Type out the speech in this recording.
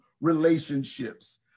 relationships